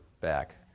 back